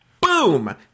Boom